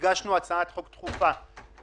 הגשנו הצעת חוק דחופה